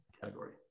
category